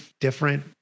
different